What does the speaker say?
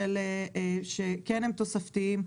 שכן הם תוספתיים,